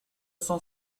cent